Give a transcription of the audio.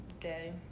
day